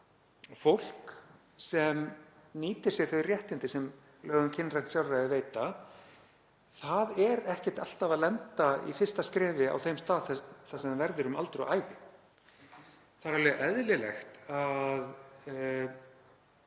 fólk sem nýtir sér þau réttindi sem lög um kynrænt sjálfræði veita lendir ekki alltaf í fyrsta skrefi á þeim stað þar sem það verður um aldur og ævi. Það er eðlilegt að